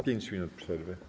5 minut przerwy.